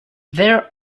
there